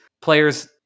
players